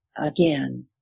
again